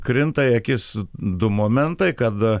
krinta į akis du momentai kada